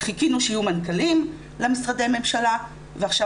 חיכינו שיהיו מנכ"לים למשרדי הממשלה ועכשיו